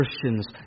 Christians